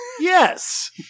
Yes